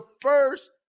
first